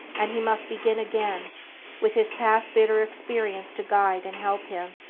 and he must begin again with his past bitter experience to guide and help him.